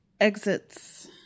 Exits